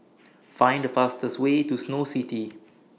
Find The fastest Way to Snow City